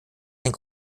sein